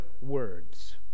words